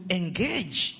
engage